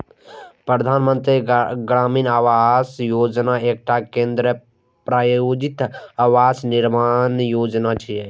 प्रधानमंत्री ग्रामीण आवास योजना एकटा केंद्र प्रायोजित आवास निर्माण योजना छियै